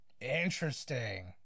Interesting